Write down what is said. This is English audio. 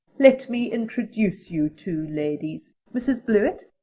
let me introduce you two ladies. mrs. blewett,